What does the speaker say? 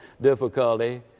difficulty